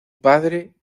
padre